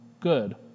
good